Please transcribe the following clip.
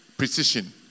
precision